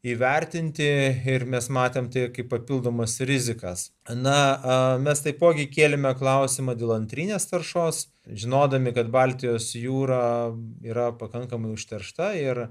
įvertinti ir mes matėme tai kaip papildomas rizikas na mes taipogi kėlėme klausimą dėl antrinės taršos žinodami kad baltijos jūrą yra pakankamai užteršta ir